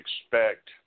expect